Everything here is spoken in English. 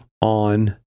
on